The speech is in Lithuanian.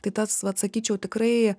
tai tas vat sakyčiau tikrai